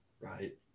Right